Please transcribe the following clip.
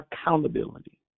Accountability